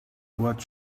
what